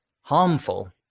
harmful